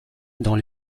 dans